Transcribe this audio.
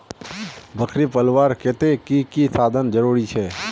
बकरी पलवार केते की की साधन जरूरी छे?